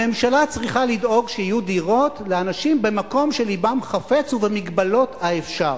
הממשלה צריכה לדאוג שיהיו דירות לאנשים במקום שלבם חפץ ובמגבלות האפשר.